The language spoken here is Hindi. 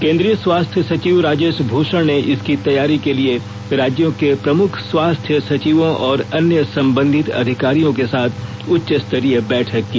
केंद्रीय स्वास्थ्य सचिव राजेश भूषण ने इसकी तैयारी के लिए राज्यों के प्रमुख स्वास्थ सचिवों और अन्य संबंधित अधिकारियों के साथ उच्च स्तरीय बैठक की